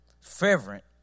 fervent